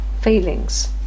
feelings